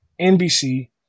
NBC